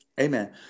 Amen